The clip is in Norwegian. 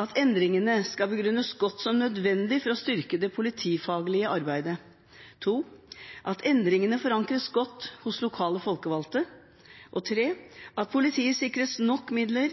at endringene skal begrunnes godt som nødvendig for å styrke det politifaglige arbeidet. For det andre at endringene forankres godt hos lokale folkevalgte. For det tredje at politiet sikres nok midler,